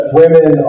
women